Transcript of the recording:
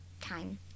time